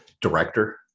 director